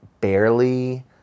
barely